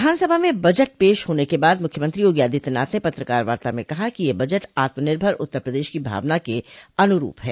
विधानसभा में बजट पेश होने के बाद मुख्यमंत्री योगी आदित्यनाथ ने पत्रकार वार्ता में कहा कि यह बजट आत्मनिर्भर उत्तर प्रदेश की भावना के अनुरूप है